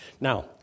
Now